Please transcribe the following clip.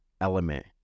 element